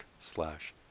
slash